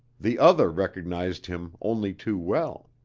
the other recognized him only too well.